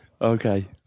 Okay